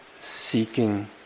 seeking